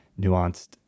nuanced